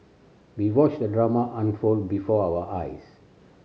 we watched the drama unfold before our eyes